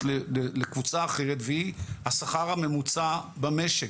לקבוצה אחרת והיא השכר הממוצע במשק,